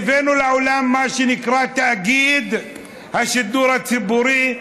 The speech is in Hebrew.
הבאנו לעולם את מה שנקרא "תאגיד השידור הציבורי",